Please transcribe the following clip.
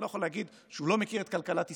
אני לא יכול להגיד שהוא לא מכיר את כלכלת ישראל.